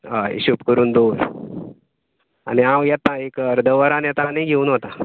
होय हिशोब कोरून दोवर आनी हांव येता एक अर्दवरान येता आनी घेवन वता